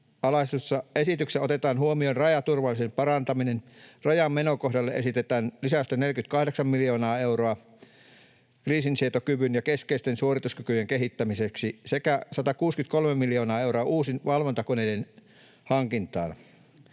alaisuudessa esityksessä otetaan huomioon rajaturvallisuuden parantaminen. Rajan menokohdalle esitetään lisäystä 48 miljoonaa euroa kriisinsietokyvyn ja keskeisten suorituskykyjen kehittämiseksi sekä 163 miljoonaa euroa uusien valvontakoneiden hankintaan.